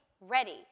ready